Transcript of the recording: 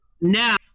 Now